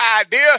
idea